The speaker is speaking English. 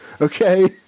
okay